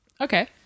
Okay